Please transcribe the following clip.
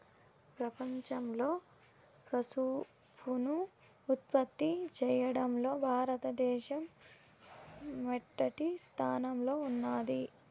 ప్రపంచంలో పసుపును ఉత్పత్తి చేయడంలో భారత దేశం మొదటి స్థానంలో ఉన్నాది